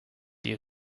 you